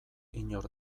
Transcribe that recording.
inor